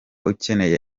ukeneye